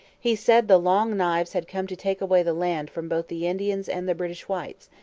he said the long knives had come to take away the land from both the indians and the british whites,